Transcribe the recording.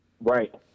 Right